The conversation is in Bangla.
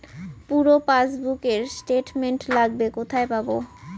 পুরো পাসবুকের স্টেটমেন্ট লাগবে কোথায় পাব?